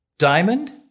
Diamond